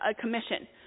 commission